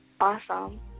awesome